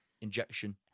injection